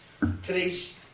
today's